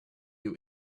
you